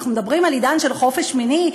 אנחנו מדברים על עידן חופש מיני,